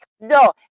No